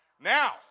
Now